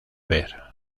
ver